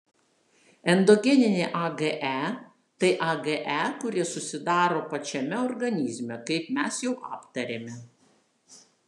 endogeniniai age tai age kurie susidaro pačiame organizme kaip mes jau aptarėme